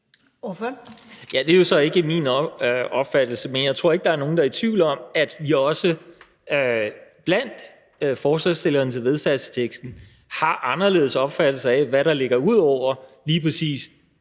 Valentin (V): Det er jo så ikke min opfattelse. Men jeg tror ikke, at der er nogen, der er i tvivl om, at vi også blandt forslagsstillerne til vedtagelsesteksten har anderledes opfattelser af, hvad der ligger ud over lige præcis